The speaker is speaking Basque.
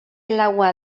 laua